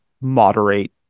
moderate